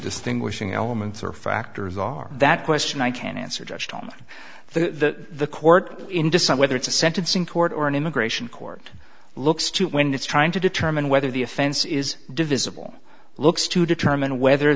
distinguishing elements are factors are that question i can answer just on the court in decide whether it's a sentencing court or an immigration court looks to when it's trying to determine whether the offense is divisible looks to determine whether